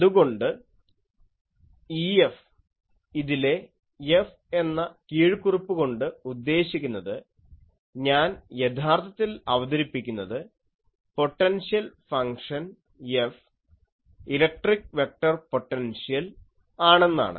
അതുകൊണ്ട് EF ഇതിലെ F എന്ന കീഴ്ക്കുറിപ്പ് കൊണ്ട് ഉദ്ദേശിക്കുന്നത് ഞാൻ യഥാർത്ഥത്തിൽ അവതരിപ്പിക്കുന്നത് potential function F electric vector potential ആണെന്നാണ്